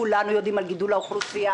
כולנו יודעים על גידול האוכלוסייה.